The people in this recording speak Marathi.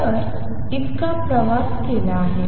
तर इतका प्रवास केला आहे